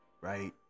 right